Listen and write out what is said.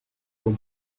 con